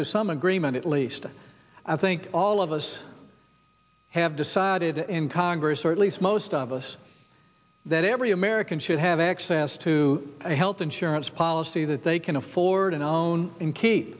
to some agreement at least i think all of us have decided in congress or at least most of us that every american should have access to a health insurance policy that they can afford and i own